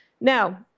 Now